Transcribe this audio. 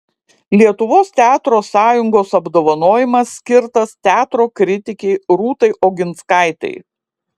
lietuvos teatro sąjungos apdovanojimas skirtas teatro kritikei rūtai oginskaitei